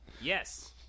Yes